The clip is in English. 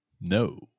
No